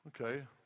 okay